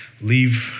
leave